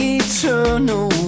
eternal